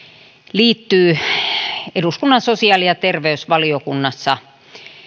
liittyy eduskunnan sosiaali ja terveysvaliokunnassa